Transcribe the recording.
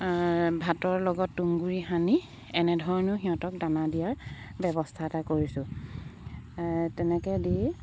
ভাতৰ লগত তুঁহগুৰি সানি এনেধৰণেও সিহঁতক দানা দিয়াৰ ব্যৱস্থা এটা কৰিছোঁ তেনেকৈ দি